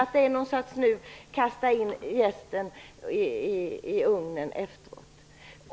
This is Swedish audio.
Är det inte att i efterhand kasta in jästen i ugnen?